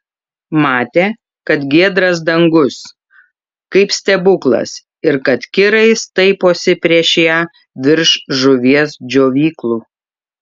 matė kad giedras dangus kaip stebuklas ir kad kirai staiposi prieš ją virš žuvies džiovyklų